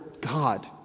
God